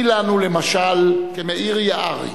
מי לנו, למשל, כמאיר יערי,